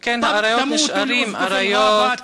שכן האריות נשארים אריות,